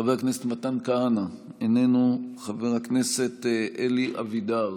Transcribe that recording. חבר הכנסת מתן כהנא, איננו, חבר הכנסת אלי אבידר,